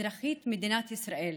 אזרחית מדינת ישראל.